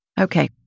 Okay